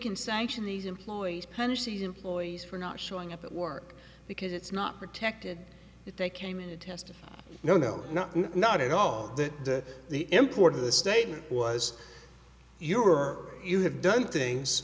can sanction these employees punish the employees for not showing up at work because it's not protected if they came in to testify no no no not at all that the import of the statement was your you have done things